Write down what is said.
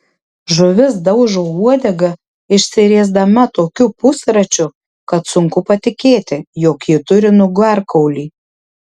žuvis daužo uodega išsiriesdama tokiu pusračiu kad sunku patikėti jog ji turi nugarkaulį